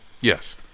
Yes